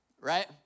right